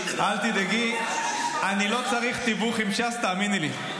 אל תדאגי, אני לא צריך תיווך עם ש"ס, תאמיני לי.